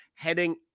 heading